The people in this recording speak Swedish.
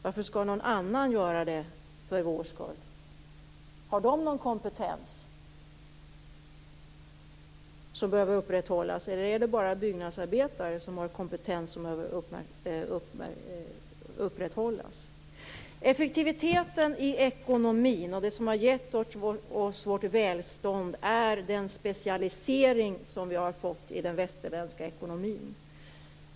Varför skall någon annan göra det får vår skull? Har de någon kompetens som behöver upprätthållas eller är det bara byggnadsarbetare som har en kompetens som behöver upprätthållas? Effektiviteten i ekonomin, den som har givit oss vårt välstånd, beror på den specialisering som vi har fått i den västerländska ekonomin.